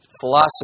philosophy